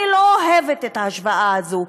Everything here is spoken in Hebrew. אני לא אוהבת את ההשוואה הזו.